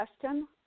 question